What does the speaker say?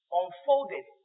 unfolded